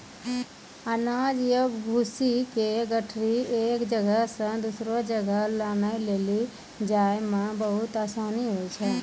अनाज या भूसी के गठरी एक जगह सॅ दोसरो जगह लानै लै जाय मॅ बहुत आसानी होय छै